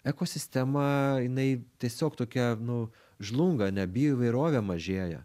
ekosistema jinai tiesiog tokia nu žlunga ne bioįvairovė mažėja